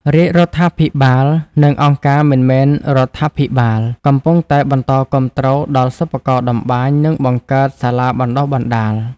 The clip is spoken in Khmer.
រាជរដ្ឋាភិបាល និងអង្គការមិនមែនរដ្ឋាភិបាល កំពុងតែបន្តគាំទ្រដល់សិប្បករតម្បាញ និងបង្កើតសាលាបណ្តុះបណ្តាល។